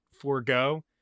forego